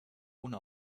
ohne